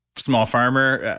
small farmer,